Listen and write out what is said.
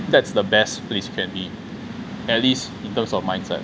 that's the best place you can be at least in terms of mindset